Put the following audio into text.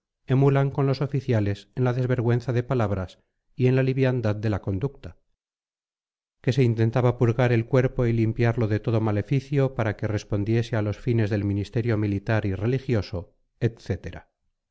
emulan con los oficiales en la desvergüenza de palabras y en la liviandad de la conducta que se intentaba purgar el cuerpo y limpiarlo de todo maleficio para que respondiese a los fines del ministerio militar y religioso etcétera